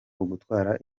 ugutwara